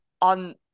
on